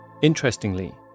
Interestingly